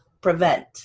prevent